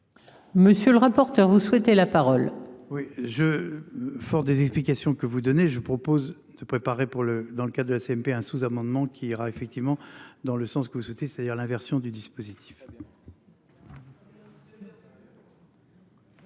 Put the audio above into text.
Monsieur le rapporteur. Vous souhaitez la parole. Oui je. Fort des explications que vous donnez, je propose de préparer pour le. Dans le cas de la CMP un sous-amendement qui ira effectivement dans le sens que vous souhaitez, c'est-à-dire l'inversion du dispositif.